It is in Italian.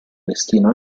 destino